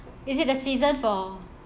is it the season for